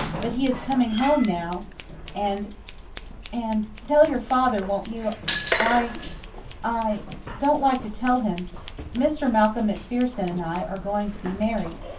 but he is coming home now and and tell your father, won't you i i don't like to tell him mr. malcolm macpherson and i are going to be married.